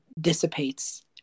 dissipates